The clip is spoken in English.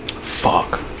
Fuck